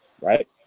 right